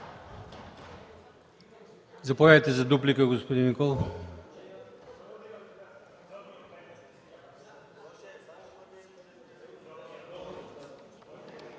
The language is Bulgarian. Заповядайте за дуплика, господин Николов.